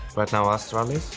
right now, astralis.